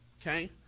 okay